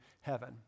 heaven